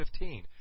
15